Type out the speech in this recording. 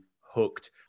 hooked